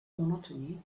monotony